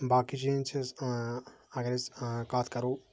باقی چینٛجز اگر أسۍ کتھ کَرو